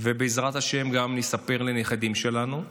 ובעזרת השם, גם נספר לנכדים שלנו.